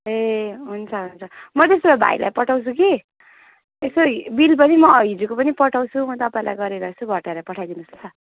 ए हुन्छ हुन्छ म त्यसो भए भाइलाई पठाउँछु कि यसो बिल पनि म हिजको पनि पठाउँछु म तपाईँलाई गरेर यसो घटाएर पठाइदिनु होस् ल